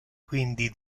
quindi